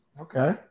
Okay